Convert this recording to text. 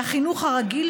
מהחינוך הרגיל,